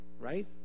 right